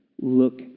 look